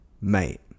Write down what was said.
mate